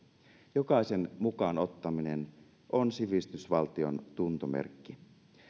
jokaisen mukaan ottaminen on sivistysvaltion tuntomerkki